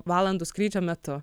valandų skrydžio metu